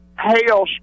hail